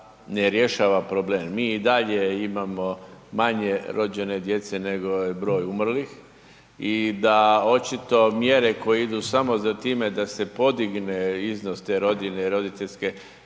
ne rješava problem, mi i dalje imamo manje rođene djece nego je broj umrlih i da očito mjere koje idu samo za time da se podigne iznos te rodiljne i roditeljske